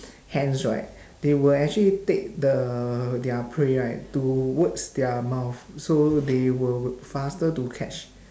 hands right they will actually take the their prey right towards their mouth so they will faster to catch